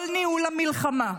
כל ניהול המלחמה,